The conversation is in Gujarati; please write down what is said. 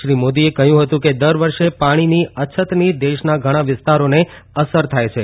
શ્રી મોદીએ કહ્યું હતું કે દર વર્ષે પાણીની અછતની દેશના ઘણા વિસ્તારોને અસર થાય છે